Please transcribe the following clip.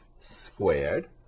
squared